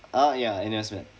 ah ya N_U_S med